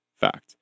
fact